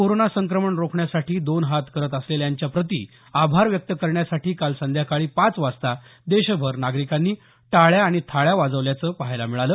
corona संक्रमण रोखण्यासाठी दोन हात करत असलेल्यांच्या प्रति आभार व्यक्त करण्यासाठी काल संध्याकाळी पाच वाजता देशभर नागरिकांनी टाळ्या आणि थाळ्या वाजवल्याचं पाहायला मिळालं